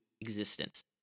existence